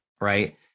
Right